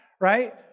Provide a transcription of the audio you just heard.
right